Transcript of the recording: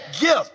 gift